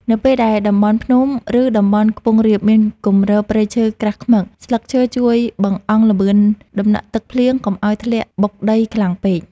នៅពេលដែលតំបន់ភ្នំ ឬតំបន់ខ្ពង់រាបមានគម្របព្រៃឈើក្រាស់ឃ្មឹក ស្លឹកឈើជួយបង្អង់ល្បឿនតំណក់ទឹកភ្លៀងកុំឱ្យធ្លាក់បុកដីខ្លាំងពេក។